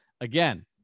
Again